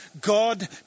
God